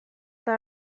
eta